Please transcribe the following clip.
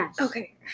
Okay